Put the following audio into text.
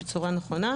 בצורה נכונה,